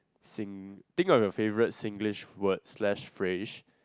sing think of your favourite Singlish word slash phrase